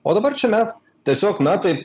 o dabar čia mes tiesiog na taip